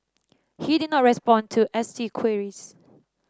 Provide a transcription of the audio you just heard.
he did not respond to S T queries